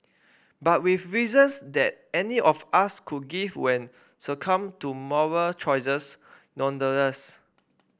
but with reasons that any of us could give when succumbed to moral choices nonetheless